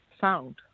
sound